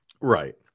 Right